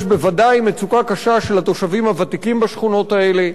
יש בוודאי מצוקה קשה של התושבים הוותיקים בשכונות האלה,